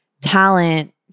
talent